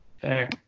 Fair